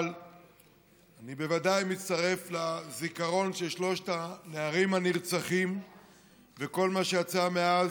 אבל אני בוודאי מצטרף לזיכרון של שלושת הנערים הנרצחים וכל מה שיצא מאז.